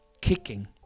kicking